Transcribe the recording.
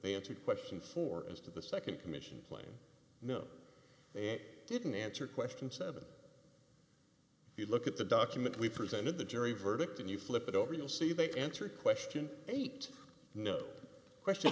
answer question for as to the nd commission playing no they didn't answer question seven you look at the document we presented the jury verdict and you flip it over you'll see that answer a question eight no question